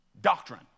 Doctrine